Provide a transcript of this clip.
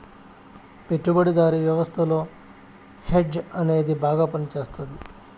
పెట్టుబడిదారీ వ్యవస్థలో హెడ్జ్ అనేది బాగా పనిచేస్తది